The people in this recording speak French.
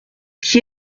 qui